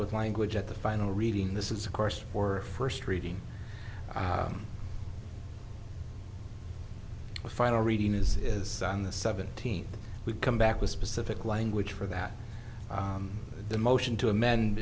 with language at the final reading this is of course for first reading the final reading is on the seventeenth we've come back with specific language for that the motion to amend